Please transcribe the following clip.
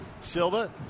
Silva